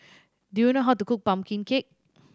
do you know how to cook pumpkin cake